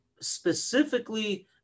specifically